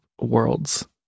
worlds